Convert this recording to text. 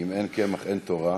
אם אין קמח אין תורה,